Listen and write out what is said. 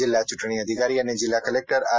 જિલ્લા ચ્રંટણી અધિકારી અને જિલ્લા કલેક્ટર આર